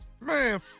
Man